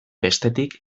bestetik